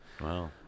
wow